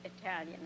Italian